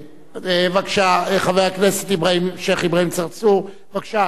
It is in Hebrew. חבר הכנסת שיח' אברהים צרצור, בבקשה.